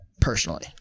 personally